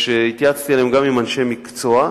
שהתייעצתי עליהן גם עם אנשי מקצוע,